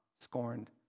scorned